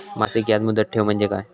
मासिक याज मुदत ठेव म्हणजे काय?